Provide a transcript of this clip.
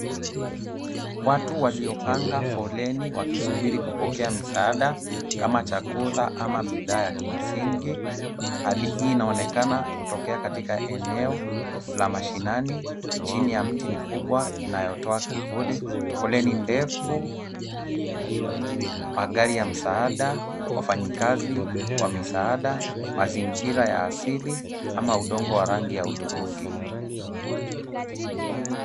Watu waliopanga foleni wakisubiri kupokea msaada kama chakula ama bidhaa ya kimsingi. Hali hii inaonekana kutokea katika eneo la mashinani chini ya mti mkubwa inayotoa kivuli. Foleni ndefu, magari ya msaada, wafanyikazi wa misaada, mazingira ya asili ama udongo wa rangi ya hudhurungi.